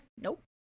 Nope